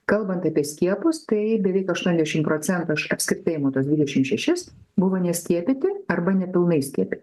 kalbant apie skiepus kai beveik aštuoniasdešimt procentų aš apskritai imu tuos dvidešimt šešis buvo neskiepyti arba nepilnai skiepyti